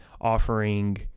offering